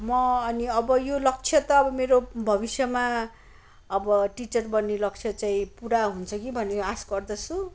म अनि अब यो लक्ष्य त अब मेरो भविष्यमा अब टिचर बन्ने लक्ष्य चाहिँ पुरा हुन्छ कि भन्ने आशा गर्दछु